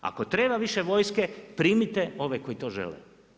Ako treba više vojske, primite ove koji to žele.